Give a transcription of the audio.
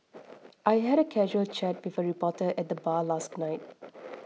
I had a casual chat with a reporter at the bar last night